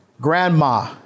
Grandma